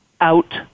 out